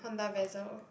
Honda Vezel